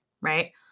right